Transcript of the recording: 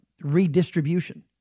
redistribution